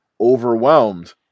overwhelmed